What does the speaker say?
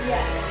Yes